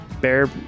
bear